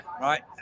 right